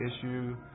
issue